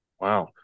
Wow